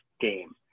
game